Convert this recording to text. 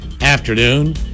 afternoon